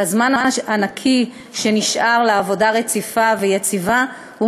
והזמן הנקי שנשאר לעבודה רציפה ויציבה הוא